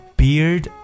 beard